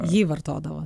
jį vartodavo